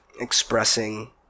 expressing